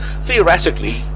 theoretically